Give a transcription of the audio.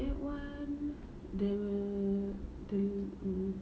that one the the um